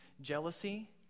jealousy